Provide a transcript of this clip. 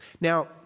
Now